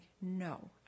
no